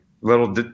little